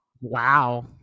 Wow